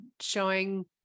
showing